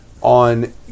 On